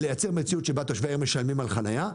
לייצר מציאות שבה תושבי העיר משלמים על חניה.